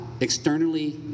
externally